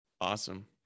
awesome